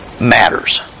matters